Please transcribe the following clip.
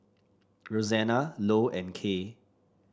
Rosanna Lou and Kay